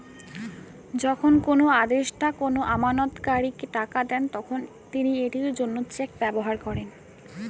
যখন কোনো আদেষ্টা কোনো আমানতকারীকে টাকা দেন, তখন তিনি এটির জন্য চেক ব্যবহার করেন